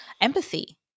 empathy